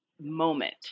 moment